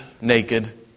naked